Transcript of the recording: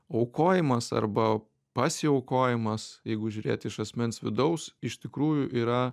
aukojimas arba pasiaukojimas jeigu žiūrėt iš asmens vidaus iš tikrųjų yra